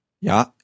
Ja